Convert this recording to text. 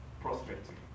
Prospecting